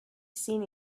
seen